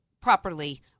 properly